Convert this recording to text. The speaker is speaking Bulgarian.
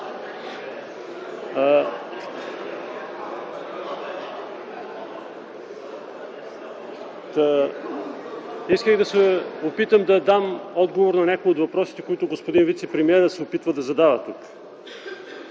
Исках да се опитам да дам отговор на някои от въпросите, които господин вицепремиерът се опитва да задава.